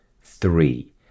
three